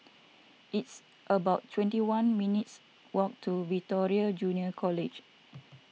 it's about twenty one minutes' walk to Victoria Junior College